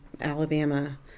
Alabama